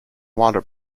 water